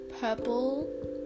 purple